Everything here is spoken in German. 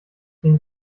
den